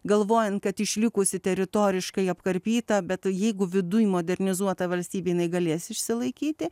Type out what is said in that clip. galvojant kad išlikusi teritoriškai apkarpyta bet jeigu viduj modernizuota valstybė galės išsilaikyti